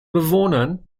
bewohnern